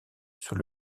sur